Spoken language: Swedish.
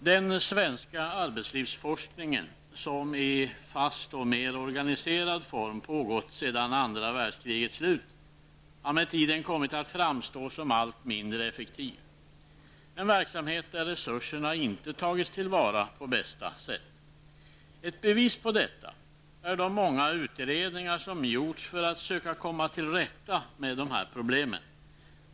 Herr talman! Den svenska arbetslivsforskningen som i fast och mer organiserad form pågått sedan andra världskrigets slut, har med tiden kommit att framstå som allt mindre effektiv. Det är en verksamhet där resurserna inte tagits till vara på bästa sätt. Ett bevis på detta är de många utredningar som gjorts för att söka komma till rätta med problemen.